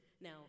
Now